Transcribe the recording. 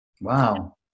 Wow